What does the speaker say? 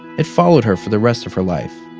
it followed her for the rest of her life.